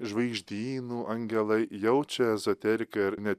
žvaigždynų angelai jaučia ezoteriką ir ne